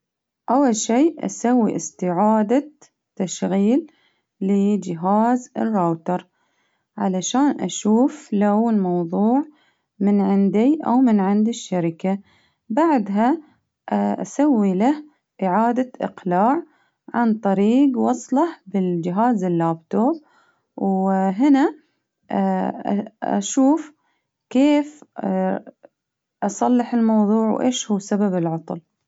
أول شي أسوي إستعادة تشغيل ل-جهاز الراوتر، علشان أشوف لون موظوع من عندي أو من عند الشركة، بعدها أسوي له إعادة إقلاع عن طريق وصلة بالجهاز اللابتوب وهنا أ- أشوف كيف أصلح الموضوع وإيش هو سبب العطل.